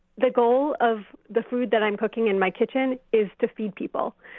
the goal of the food that i'm cooking in my kitchen is to feed people.